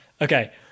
Okay